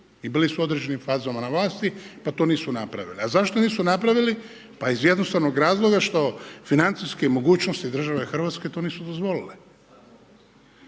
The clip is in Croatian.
i bili su u određenim fazama na vlasti pa to nisu napravili. A zašto nisu napravili? Iz jednostavnog razloga što financijske mogućnosti države Hrvatske to nisu dozvolile.